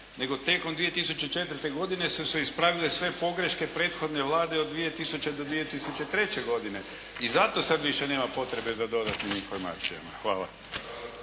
Nego tijekom 2004. godine su se ispravile sve pogreške prethodne Vlade od 2000. do 2003. godine i zato sad više nema potrebe za dodatnim informacijama. Hvala.